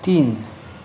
तिन